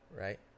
right